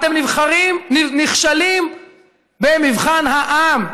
אתם נכשלים במבחן העם.